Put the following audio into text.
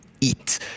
eat